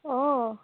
অঁ